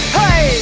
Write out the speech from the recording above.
hey